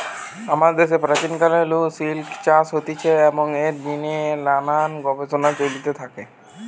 আমাদের দ্যাশে প্রাচীন কাল নু সিল্ক চাষ হতিছে এবং এর জিনে নানান গবেষণা চলতে থাকি